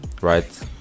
right